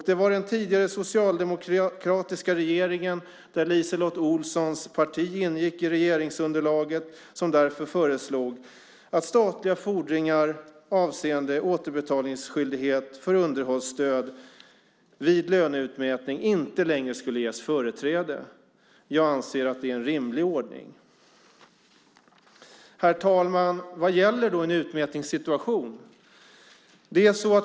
Det var den tidigare socialdemokratiska regeringen, där LiseLotte Olssons parti ingick i regeringsunderlaget, som därför föreslog att statliga fordringar avseende återbetalningsskyldighet för underhållsstöd vid löneutmätning inte längre skulle ges företräde. Jag anser att det är en rimlig ordning. Herr talman! Vad gäller då i en utmätningssituation?